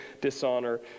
dishonor